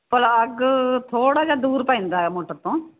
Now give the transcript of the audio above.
plug ਥੋੜ੍ਹਾ ਜਿਹਾ ਦੂਰ ਪੈਂਦਾ ਹੈ ਮੋਟਰ ਤੋਂ